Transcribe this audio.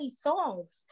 songs